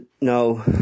no